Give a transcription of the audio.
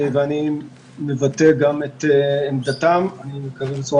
אני מבטא גם את עמדתם ואני מקווה שבצורה